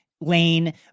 Lane